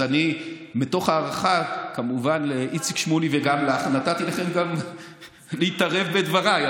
אז מתוך הערכה כמובן לאיציק שמולי וגם לך נתתי לכם להתערב בדבריי,